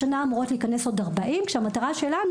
השנה אמורות להיכנס עוד 40 כשהמטרה שלנו